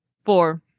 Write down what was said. four